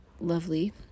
lovely